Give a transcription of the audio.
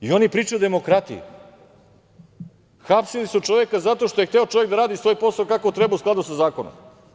I oni pričaju o demokratiji, hapsili su čoveka zato što je hteo čovek da radi svoj posao kako treba u skladu sa zakonom.